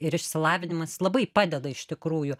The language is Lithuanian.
ir išsilavinimas labai padeda iš tikrųjų